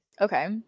okay